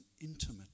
intimate